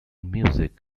music